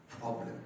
problem